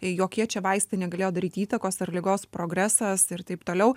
jokie čia vaistai negalėjo daryti įtakos ar ligos progresas ir taip toliau